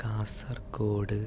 Kasaragod